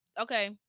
okay